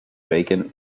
vacant